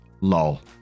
LOL